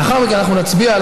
לאחר מכן אנחנו נצביע על